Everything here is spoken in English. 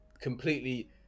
completely